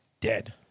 dead